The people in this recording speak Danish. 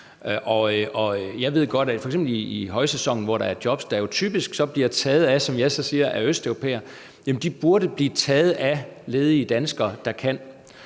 at de jobs, der f.eks. er i højsæsonen, jo typisk så bliver taget af, som jeg så siger, østeuropæere, og de burde blive taget af de ledige danskere, der kan.